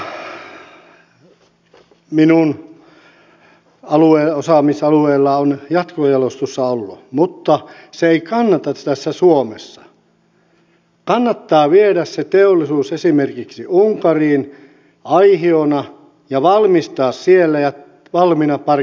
minun osaamisalueella on jatkojalostushalua mutta se ei kannata täällä suomessa kannattaa viedä se teollisuus esimerkiksi unkariin aihiona ja valmistaa siellä ja tuoda valmiina parkettina tänne